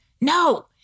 No